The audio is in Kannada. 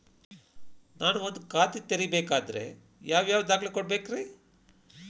ನಾನ ಒಂದ್ ಖಾತೆ ತೆರಿಬೇಕಾದ್ರೆ ಯಾವ್ಯಾವ ದಾಖಲೆ ಕೊಡ್ಬೇಕ್ರಿ?